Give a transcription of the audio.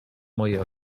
moje